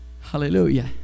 Hallelujah